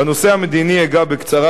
בנושא המדיני אגע בקצרה,